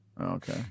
Okay